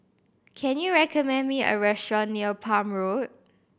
can you recommend me a restaurant near Palm Road